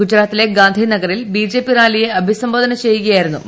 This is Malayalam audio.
ഗുജറാത്തിലെ ഗാന്ധി നഗറിൽ ബിജെപി റാലിയെ അഭിസംബോധന ചെയ്യുകയായിരുന്നു മന്ത്രി